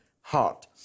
heart